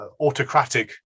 autocratic